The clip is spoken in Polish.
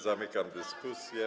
Zamykam dyskusję.